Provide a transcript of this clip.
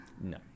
No